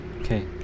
Okay